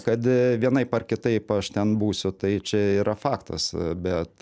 kad vienaip ar kitaip aš ten būsiu tai čia yra faktas bet